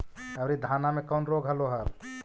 अबरि धाना मे कौन रोग हलो हल?